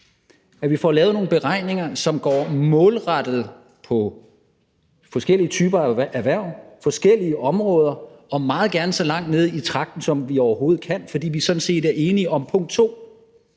at vi får lavet nogle beregninger, som går målrettet på forskellige typer af erhverv, forskellige områder og meget gerne så langt ned i tragten, som vi overhovedet kan, fordi vi sådan set er enige om punkt 2,